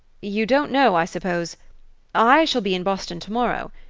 you don't know, i suppose i shall be in boston tomorrow.